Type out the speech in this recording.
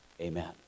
Amen